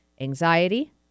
anxiety